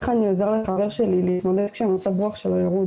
איך אני עוזר לחבר שלי להתמודד כשמצב הרוח שלו ירוד